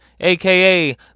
aka